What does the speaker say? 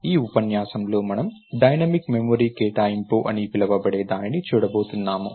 ఈ ఉపన్యాసంలో మనం డైనమిక్ మెమరీ కేటాయింపు అని పిలవబడే దానిని చూడబోతున్నాము